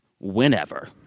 Whenever